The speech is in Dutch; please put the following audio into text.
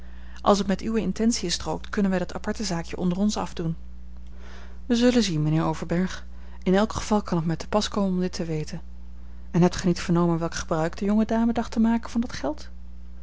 als het met uwe intentiën strookt kunnen wij dat aparte zaakje onder ons afdoen wij zullen zien mijnheer overberg in elk geval kan het mij te pas komen dit te weten en hebt gij niet vernomen welk gebruik de jonge dame dacht te maken van dat geld